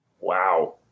Wow